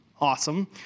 awesome